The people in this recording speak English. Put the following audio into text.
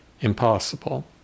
impossible